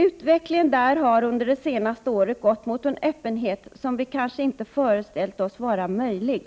Utvecklingen där har under det senaste året gått mot en öppenhet som vi kanske inte föreställt oss vara möjlig.